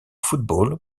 football